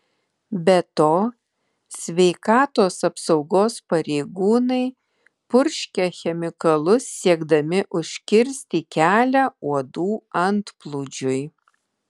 be to sveikatos apsaugos pareigūnai purškia chemikalus siekdami užkirsti kelią uodų antplūdžiui